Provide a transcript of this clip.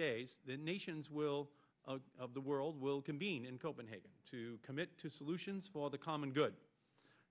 days the nations will of the world will convene in copenhagen to commit to solutions for the common good